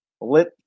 lit